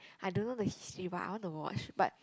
I don't know the history but I want to watch but